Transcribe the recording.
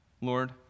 Lord